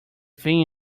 thing